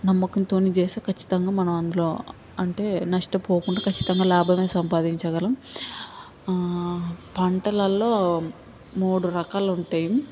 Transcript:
నమ్మకంతోని చేస్తే ఖచ్చితంగా మనం అందులో అంటే నష్టపోకుండా ఖచ్చితంగా లాభమే సంపాదించగలం ఆ పంటలల్లో మూడు రకాలు ఉంటాయి